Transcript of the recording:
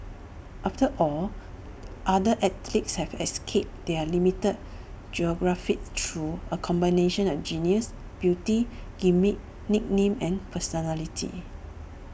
after all other athletes have escaped their limited geographies through A combination of genius beauty gimmick nickname and personality